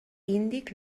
índic